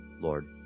Lord